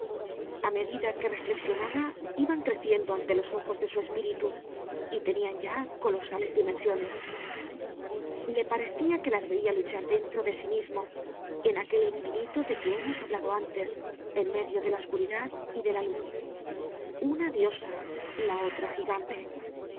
a medida que reflexionaba iban creciendo ante los ojos de su espíritu y tenian ya colosales dimensiones le parecia que las veia luchar dentro de sí mismo en aquel infinito de que hemos hablado antes en medio de la oscuridad y de la luz una diosa la otra jigante